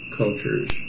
cultures